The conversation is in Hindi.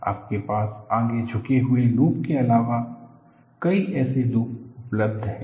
आपके पास आगे झुके हुए लूप के अलावा कई ऐसे लूप उपलब्ध हैं